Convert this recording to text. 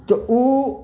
तऽ ओ